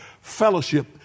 fellowship